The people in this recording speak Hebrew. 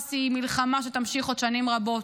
חמאס היא מלחמה שתימשך עוד שנים רבות,